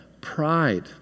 pride